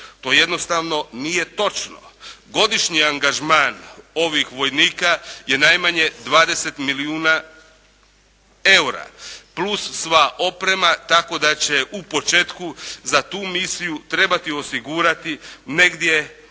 To jednostavno nije točno. Godišnji angažman ovih vojnika je najmanje 20 milijuna eura, plus sva oprema, tako da će u početku za tu misiju trebati osigurati negdje